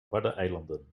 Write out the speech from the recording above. waddeneilanden